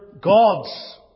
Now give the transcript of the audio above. gods